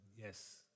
yes